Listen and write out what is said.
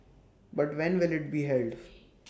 but when will IT be held